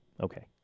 Okay